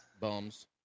Bums